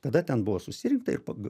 tada ten buvo susirinkta ir pak